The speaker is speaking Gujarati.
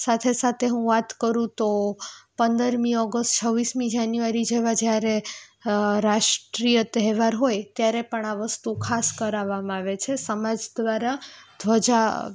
સાથે સાથે હું વાત કરું તો પંદરમી ઓગસ્ટ છવ્વીસમી જાન્યુઆરી જેવા જ્યારે રાષ્ટ્રીય તહેવાર હોય ત્યારે પણ આ વસ્તુ ખાસ કરાવવામાં આવે છે સમાજ દ્વારા ધ્વજા